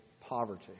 poverty